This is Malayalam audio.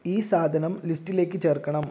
ഈ സാധനം ലിസ്റ്റിലേക്ക് ചേർക്കണം